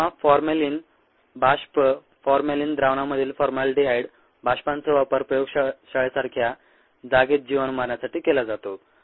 किंवा फॉर्मेलिन बाष्प फॉर्मेलिन द्रावणामधील फॉर्मलडिहाइड बाष्पांचा वापर प्रयोगशाळेसारख्या जागेत जीवाणू मारण्यासाठी केला जातो